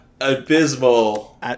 abysmal